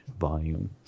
volume